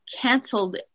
canceled